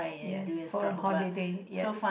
yes for a holiday yes